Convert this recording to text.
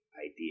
Idea